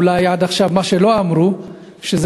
אולי מה שלא אמרו עד עכשיו,